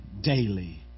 daily